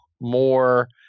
more